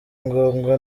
ngombwa